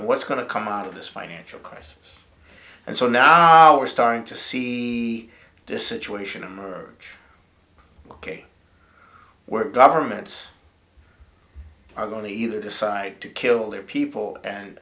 what's going to come out of this financial crisis and so now we're starting to see this situation emerge ok we're governments are going to either decide to kill their people and